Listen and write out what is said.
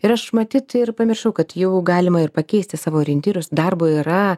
ir aš matyt ir pamiršau kad jau galima ir pakeisti savo orientyrus darbo yra